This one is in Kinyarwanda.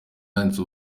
yanditse